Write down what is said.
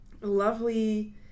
lovely